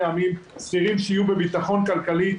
עמים שכירים שיהיו בביטחון כלכלי,